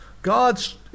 God's